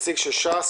נציג של ש"ס,